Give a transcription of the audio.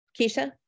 Keisha